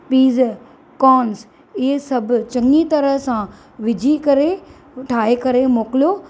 पीज़ कॉन्स इहे सभु चङी तरह सां विझी करे ठाहे करे मोकिलियो